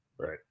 Right